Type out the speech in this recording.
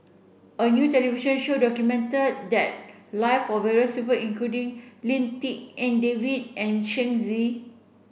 a new television show documented the live of various people including Lim Tik En David and Shen Xi